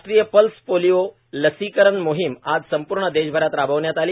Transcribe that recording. राष्ट्रीय pulse polio लसीकरण मोहिम आज संपूर्ण देशभर राबवण्यात आली